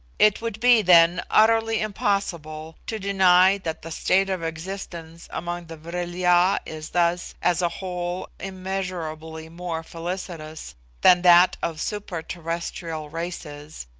it would be, then, utterly impossible to deny that the state of existence among the vril-ya is thus, as a whole, immeasurably more felicitous than that of super-terrestrial races,